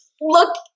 look